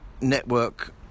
network